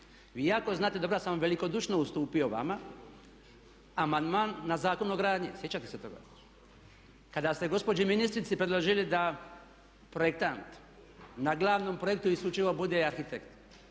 Vi jako dobro znate da sam vam velikodušno ustupio vama amandman na Zakon o gradnji, sjećate se toga? Kada ste gospođi ministrici predložili da projektant na glavnom projektu isključivo bude arhitekt.